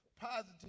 Positive